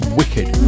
wicked